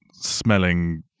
smelling